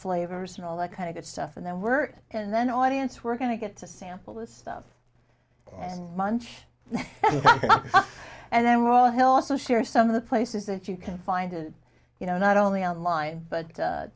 flavors and all that kind of a stuff and then word and then audience we're going to get to sample this stuff and munch and then we're all hell also share some of the places that you can find it you know not only online but